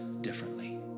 differently